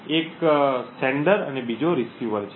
એક મોકલનાર છે અને બીજો રીસીવર છે